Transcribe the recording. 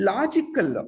Logical